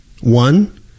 One